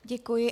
Děkuji.